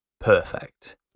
Perfect